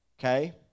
okay